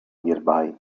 nearby